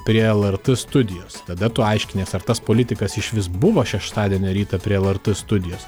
prie lrt studijos tada tu aiškinies ar tas politikas išvis buvo šeštadienio rytą prie lrt studijos